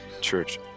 church